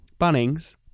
Bunnings